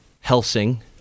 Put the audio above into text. Helsing